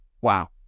wow